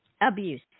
Abuse